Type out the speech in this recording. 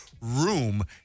room